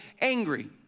angry